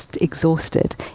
exhausted